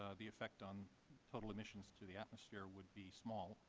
the effect on total emissions to the atmosphere would be small,